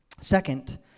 Second